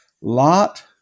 Lot